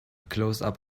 closeup